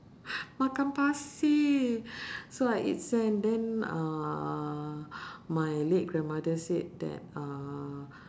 makan pasir so I eat sand then uh my late grandmother said that uh